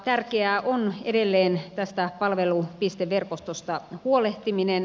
tärkeää on edelleen tästä palvelupisteverkostosta huolehtiminen